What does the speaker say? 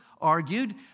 argued